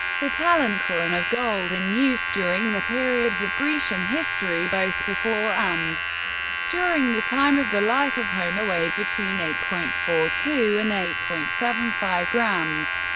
the talent coin of gold in use during the periods of grecian history both before and during the time of the life of homer weighed between eight point four two and eight point seven five grams.